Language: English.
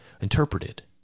interpreted